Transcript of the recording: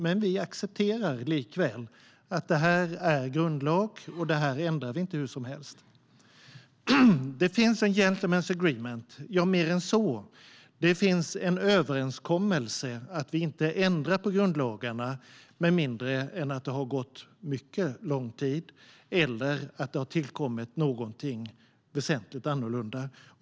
Men vi accepterar likväl att det här är en grundlag, och den ändrar vi inte hur som helst. Det finns en gentlemen's agreement, ja mer än så. Det finns en överenskommelse om att vi inte ändrar i grundlagarna med mindre än att det har gått mycket lång tid eller att det har tillkommit något väsentligt annorlunda.